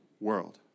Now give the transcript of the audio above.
world